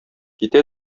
китә